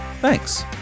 Thanks